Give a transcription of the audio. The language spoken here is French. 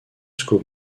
jusqu’au